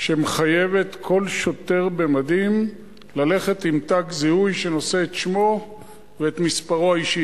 שמחייבת כל שוטר במדים ללכת עם תג זיהוי שנושא את שמו ואת מספרו האישי.